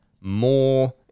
more